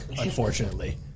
unfortunately